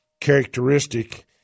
characteristic